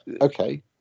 Okay